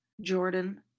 Jordan